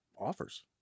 offers